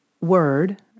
word